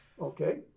Okay